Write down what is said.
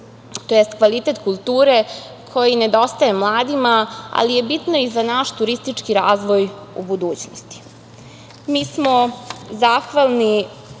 tj. kvalitet kulture koji nedostaje mladima, ali je bitno i za naš turistički razvoj u budućnosti. Mi smo zahvali